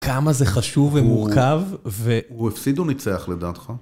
כמה זה חשוב ומורכב, והוא... הוא הפסיד או ניצח לדעתך.